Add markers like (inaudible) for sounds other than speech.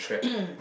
(coughs)